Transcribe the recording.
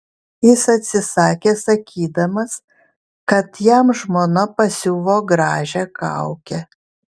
jis atsisakė sakydamas kad jam žmona pasiuvo gražią kaukę